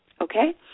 okay